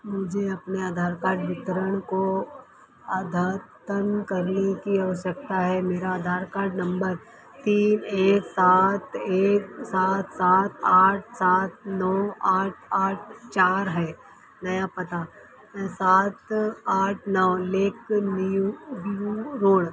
मुझे अपना आधार कार्ड वितरण को अद्यतन करने की आवश्यकता है मेरा आधार कार्ड नम्बर तीन एक सात एक सात सात आठ सात नौ आठ आठ चार है नया पता एँ सात आठ नौ लेक न्यू डिब्रू रोड